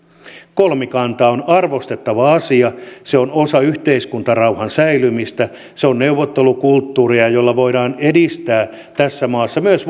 kolmikanta on arvostettava asia se on osa yhteiskuntarauhan säilymistä se on neuvottelukulttuuria jolla voidaan edistää tässä maassa myös